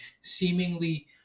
seemingly